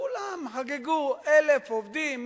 כולם חגגו: 1,000 עובדים,